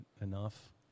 enough